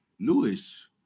Lewis